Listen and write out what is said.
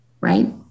Right